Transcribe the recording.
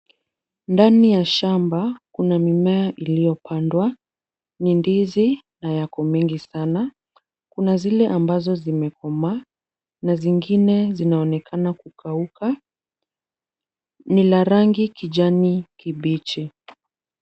Ndani ya shamba kuna mimea iliyopandwa. Ni ndizi na yako mengi sana. Kuna zile ambazo zimekomaa na zingine zinaonekana kukauka. Ni la rangi kijani kibichi.